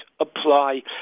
apply